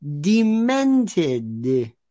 demented